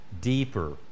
deeper